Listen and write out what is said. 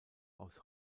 aus